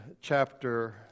chapter